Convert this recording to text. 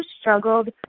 struggled